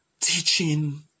teaching